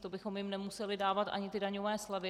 To bychom jim nemuseli dávat ani ty daňové slevy.